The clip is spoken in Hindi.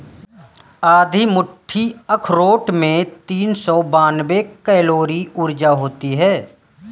आधी मुट्ठी अखरोट में तीन सौ बानवे कैलोरी ऊर्जा होती हैं